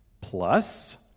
plus